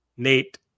Nate